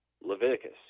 Leviticus